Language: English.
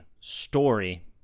story